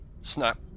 Snap